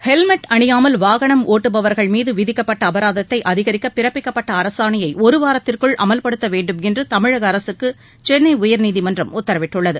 helmet அணியாமல் வாகனம் ஓட்டுபவர்கள் மீது விதிக்கப்பட்ட அபராதத்தை அதிகரிக்க பிறப்பிக்கப்பட்ட அரசாணைய ஒருவாரத்திற்குள் அமவ்படுத்த வேண்டுமென்று தமிழக அரசுக்கு சென்னை உயர்நீதிமன்றம் உத்தரவிட்டுள்ளது